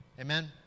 Amen